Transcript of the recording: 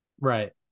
Right